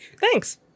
Thanks